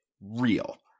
real